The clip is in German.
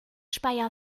speyer